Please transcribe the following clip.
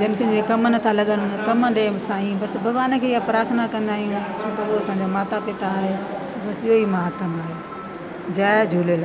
जंहिंखे कम नथा लॻनि कम ॾे उन खे साईं बस भॻवान खे ईअं प्रार्थना कंदा आहियूं हिकु त पोइ असांजा माता पिया आहे बस इहो ई महत्व आहे जय झूलेलाल